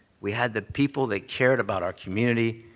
we had the people that cared about our community.